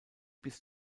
bis